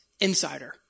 insider